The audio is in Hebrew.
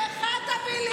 אחד תביא לי,